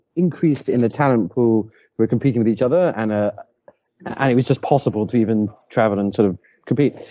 increase in the talent pool who were competing with each other. and ah and it was just possible to even travel and sort of compete.